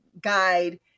guide